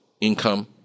income